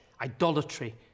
idolatry